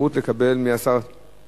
דיון בוועדת הפנים.